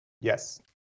Yes